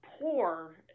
poor